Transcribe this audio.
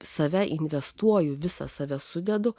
save investuoju visą save sudedu